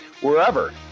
wherever